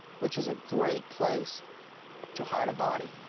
which is a great place to hide a body.